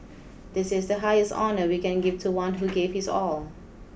this is the highest honour we can give to one who gave his all